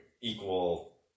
equal